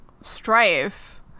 strife